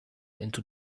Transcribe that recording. into